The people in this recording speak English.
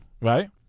right